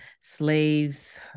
slaves